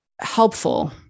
helpful